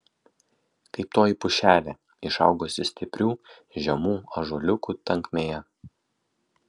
kaip toji pušelė išaugusi stiprių žemų ąžuoliukų tankmėje